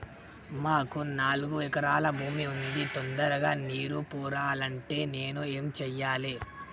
మాకు నాలుగు ఎకరాల భూమి ఉంది, తొందరగా నీరు పారాలంటే నేను ఏం చెయ్యాలే?